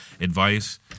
advice